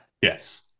Yes